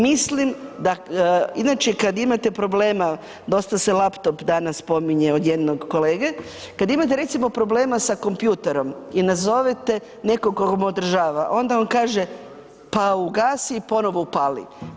Mislim da, inače kad imate problema, dosta se laptop danas spominje od jednog kolege, kad imate recimo problema sa kompujtorom i nazovete nekog tko vam održava, onda on kaže, pa ugasi i ponovo upali.